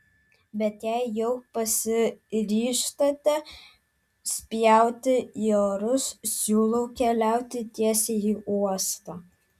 bet jei jau pasiryžtate spjauti į orus siūlau keliauti tiesiai į uostą